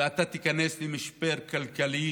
ואתה תיכנס למשבר כלכלי